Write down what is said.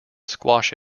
squash